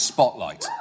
Spotlight